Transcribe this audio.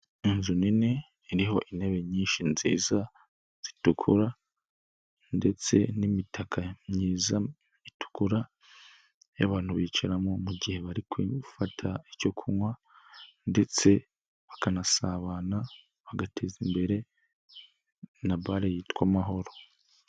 Inzu nini iriho intebe nyinshi nziza zitukura ndetse n'imitaka myiza itukura y'abantu bicaramo mu gihe bari gufata icyo kunywa ndetse bakanasabana, bagateza imbere na bare yitwa mahoro.